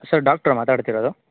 sir ಡಾಕ್ಟ್ರಾ ಮಾತಾಡ್ತಿರೋದು